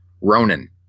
Ronan